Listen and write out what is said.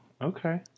okay